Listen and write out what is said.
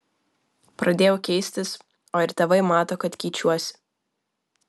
pradėjau keistis o ir tėvai mato kad keičiuosi